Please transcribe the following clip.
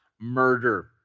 murder